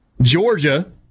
Georgia